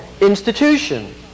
institution